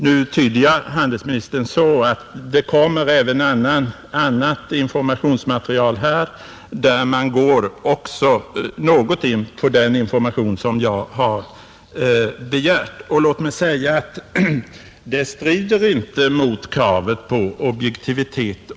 Nu tyder jag emellertid handelsministerns svar så att det i alla fall kommer även annat informationsmaterial, där man kommer att ge något av den upplysning om olika aktuella alternativ som jag har begärt.